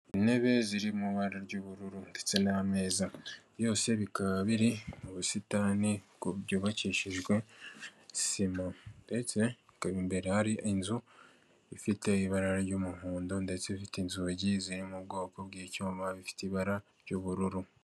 Intebe ziri mu ibara ry'ubururu ndetse n'ameza byose bikaba biri mu busitani byubakishijwe sima ndetse ikaba imbere hari inzu ifite ibara ry'umuhondo ndetse ifite inzugi ziriri mu bwoko bw'icyuma bifite ibara ry'ubururu.